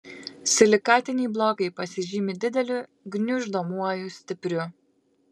silikatiniai blokai pasižymi dideliu gniuždomuoju stipriu